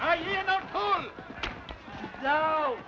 i don't know